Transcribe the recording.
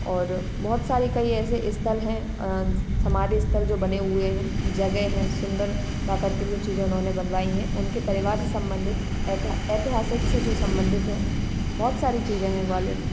और बहुत सारे कई ऐसे स्थल हैं समाधि स्थल जो बने हुए हैं जगह हैं सुंदर प्राकृतिक जो चीजें उन्होंने बनवाई हैं उनके परिवार से संबंधित ऐतिहासिक से जो संबंधित हैं बहुत सारी चीज़े हैं ग्वालियर में